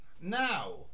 now